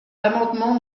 l’amendement